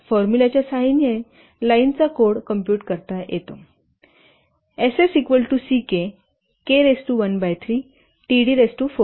फॉर्मुलाच्या सहाय्याने लाईनचा code compute करता येईल